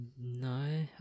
No